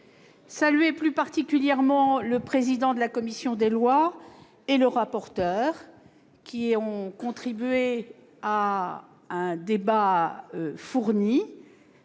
saluer plus particulièrement M. le président de la commission des lois et M. le rapporteur, qui ont contribué à un débat fourni.